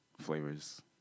Flavors